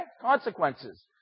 Consequences